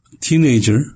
teenager